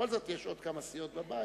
בכל זאת יש עוד כמה סיעות בבית.